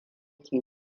ke